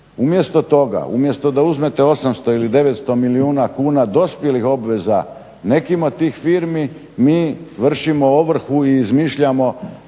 Umjesto toga, umjesto da uzmete 800 ili 900 milijuna kuna dospjelih obveza nekim od tih firmi mi vršimo ovrhu i izmišljamo